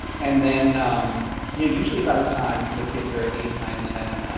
and then um you know usually by the time the kids are eight, nine, ten,